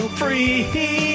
free